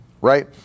right